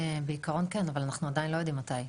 בעיקרון כן, אבל אנחנו עדיין לא יודעים מתי.